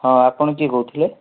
ହଁ ଆପଣ କିଏ କହୁଥିଲେ